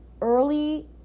early